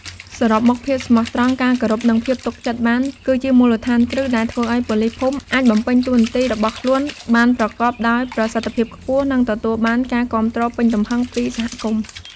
សរុបមក ភាពស្មោះត្រង់ ការគោរព និងភាពទុកចិត្តបាន គឺជាមូលដ្ឋានគ្រឹះ ដែលធ្វើឱ្យប៉ូលីសភូមិអាចបំពេញតួនាទីរបស់ខ្លួនបានប្រកបដោយប្រសិទ្ធភាពខ្ពស់ និងទទួលបានការគាំទ្រពេញទំហឹងពីសហគមន៍។